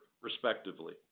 respectively